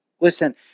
Listen